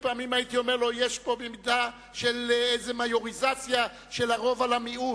ופעמים רבות הייתי אומר לו שיש פה מידה של מיוריזציה של הרוב על המיעוט.